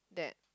that